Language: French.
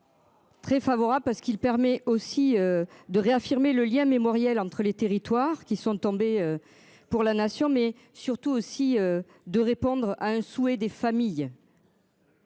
Très favorable parce qu'il permet aussi de réaffirmer le lien mémoriel entre les territoires qui sont tombés. Pour la nation, mais surtout aussi de répondre à un souhait des familles.